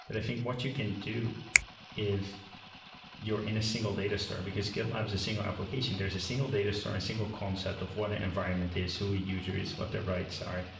but i think what you can do if you're in a single data store, because gitlab is a single application. there's a single data store, a single concept of what an environment is, who a user is, what the writes are,